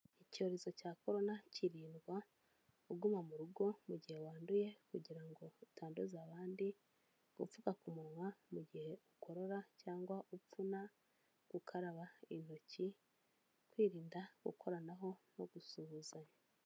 Icyorezo cya corona cyirindwa uguma mu rugo mu gihe wanduye kugira ngo utanduza abandi, gupfuka ku munwa mu gihe ukorora cyangwa upfuna, gukaraba intoki, kwirinda gukoranaho no gusuhuzanya.